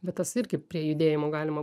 bet tas irgi prie judėjimo galima